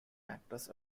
actress